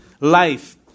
life